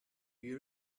you